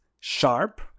sharp